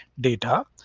data